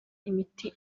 imiti